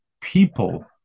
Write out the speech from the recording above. people